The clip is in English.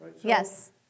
yes